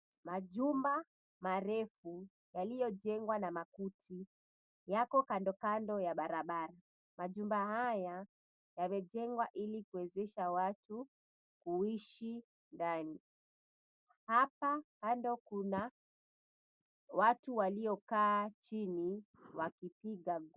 Majumba marefu yaliyojengwa na makuti yako kandokando ya barabara. Majumba haya yamejengwa ili kuwezesha watu kuishi ndani. Hapa kando kuna watu waliokaa chini wakipiga gumzo.